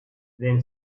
then